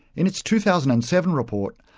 in its two thousand and seven report,